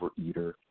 overeater